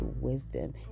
wisdom